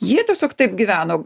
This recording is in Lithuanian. jie tiesiog taip gyveno